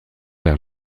vers